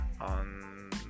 on